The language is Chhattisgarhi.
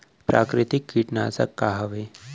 प्राकृतिक कीटनाशक का हवे?